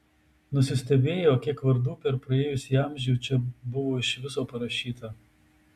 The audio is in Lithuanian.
nusistebėjo kiek vardų per praėjusį amžių čia buvo iš viso parašyta